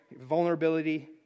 vulnerability